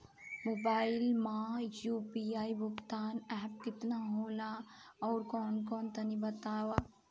Mobile म UPI भुगतान app केतना होला आउरकौन कौन तनि बतावा?